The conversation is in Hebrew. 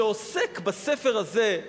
שעוסק בספר הזה,